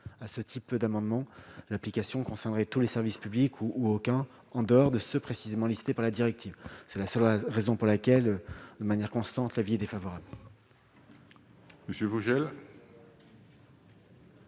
à ce type d'amendement l'application concernerait tous les services publics ou où aucun, en dehors de ce précisément listés par la directive, c'est la seule raison pour laquelle, de manière constante, l'avis est défavorable.